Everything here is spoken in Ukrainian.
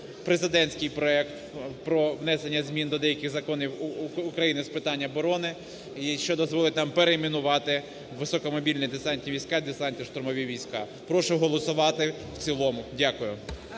президентський проект про внесення змін до деяких законів України з питань оборони, і що дозволить перейменувати Високомобільні десантні війська у Десантно-штурмові війська. Прошу голосувати в цілому. Дякую.